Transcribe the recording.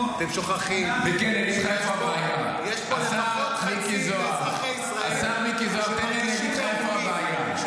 אתם שוכחים שיש פה לפחות חצי מאזרחי ישראל שמרגישים מרומים,